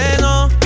no